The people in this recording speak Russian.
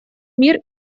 мир